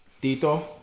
Tito